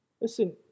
Listen